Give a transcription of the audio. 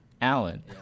alan